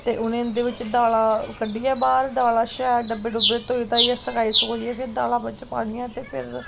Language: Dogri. ते उ'नें उं'दे बिच्चा दालां ओह् कड्डियां बाह्र दालां शैल डब्बे डुब्बे धोई धाइयै सकाई सकुइयै फिर दालां बिच्च पानियां ते फिर